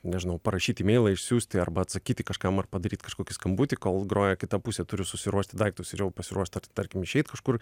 nežinau parašyt imeilą išsiųsti arba atsakyti kažkam ar padaryt kažkokį skambutį kol groja kita pusė turiu susiruošti daiktus ir pasiruošt tarkim išeiti kažkur